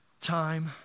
time